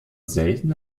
selten